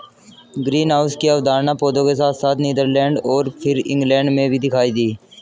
greenhouse की अवधारणा पौधों के साथ साथ नीदरलैंड और फिर इंग्लैंड में भी दिखाई दी